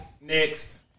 Next